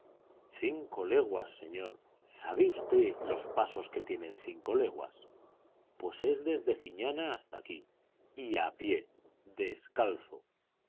cinco leguas señor sabe usted los pasos que tienen cinco leguas pues es desde fiñana hasta aquí y a pie descalzo